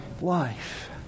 life